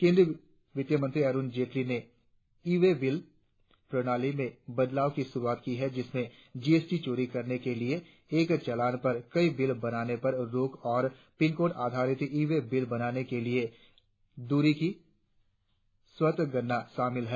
केंद्रीय वितमंत्रालय अरुण जेटली ने ई वे बिल प्रणाली में बदलाव की शुरुआत की है जिसमें जीएसटी चोरी रोकने के लिए एक चालान पर कई बिल बनाने पर रोक और पिन कोड आधारित ई वे बिल बनाने के लिए दूरी की स्वतः गणना शामिल है